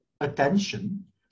attention